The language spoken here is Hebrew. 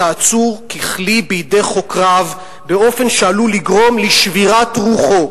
העצור ככלי בידי חוקריו באופן שעלול לגרום לשבירת רוחו,